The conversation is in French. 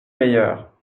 meilleurs